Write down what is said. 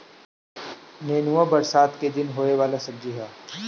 नेनुआ बरसात के दिन में होखे वाला सब्जी हअ